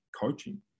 coaching